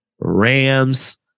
Rams